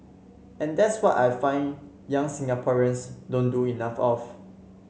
and that's what I find young Singaporeans don't do enough of